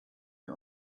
wir